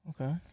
Okay